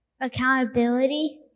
accountability